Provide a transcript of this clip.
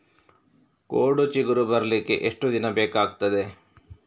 ಕೋಡು ಚಿಗುರು ಬರ್ಲಿಕ್ಕೆ ಎಷ್ಟು ದಿನ ಬೇಕಗ್ತಾದೆ?